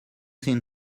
seen